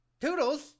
Toodles